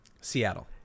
Seattle